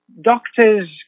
doctors